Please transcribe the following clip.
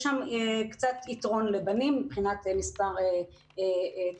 יש שם קצת יתרון לבנים מבחינת מספר תלמידים.